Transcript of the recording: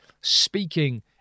speaking